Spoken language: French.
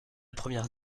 première